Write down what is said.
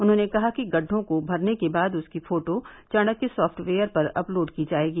उन्हॉने कहा कि गढ़ढों को भरने के बाद उसकी फोटो चाणक्य साफ्टवेयर पर अपलोड की जायेगी